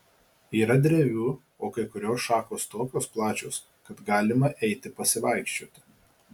yra drevių o kai kurios šakos tokios plačios kad galima eiti pasivaikščioti